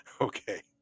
Okay